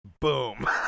boom